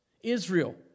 Israel